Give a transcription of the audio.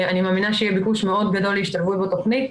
אני מאמינה שיהיה ביקוש מאוד גדול להשתלבות בתוכנית,